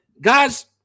guys